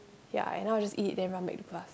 ya I know I just eat then run back to class